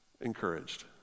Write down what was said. encouraged